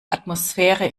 atmosphäre